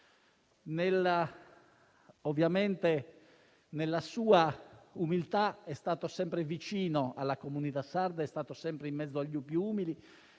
Ovviamente, nella sua umiltà, è stato sempre vicino alla comunità sarda, è stato sempre in mezzo ai più umili,